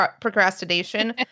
procrastination